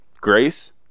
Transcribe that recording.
Grace